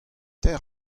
teir